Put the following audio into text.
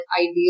ideal